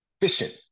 efficient